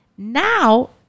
now